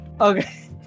Okay